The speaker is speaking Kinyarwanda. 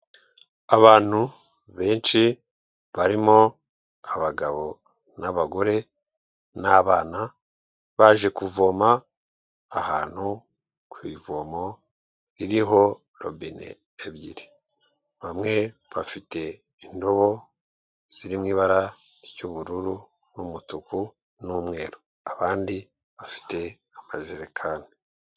Abantu benshi barimo abagabo n'abagore n'abana baje kuvoma, ahantu ku ivomo ririho robine ebyiri, bamwe bafite indobo ziri mu ibara ry'ubururu n'umutuku n'umweru, abandi bafite amajerekani.